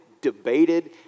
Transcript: debated